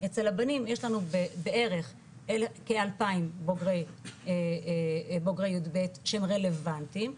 אצל הבנים יש לנו בערך כ-2,000 בוגרי י"ב שהם רלבנטיים,